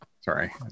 Sorry